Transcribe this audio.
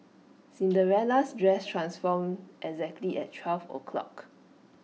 Cinderella's dress transformed exactly at twelve o'clock